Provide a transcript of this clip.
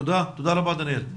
תודה רבה, דניאל.